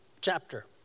chapter